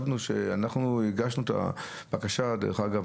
אנחנו הגשנו את הבקשה דרך אגב,